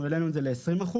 העלינו את זה ל-20 אחוזים.